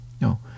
No